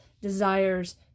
desires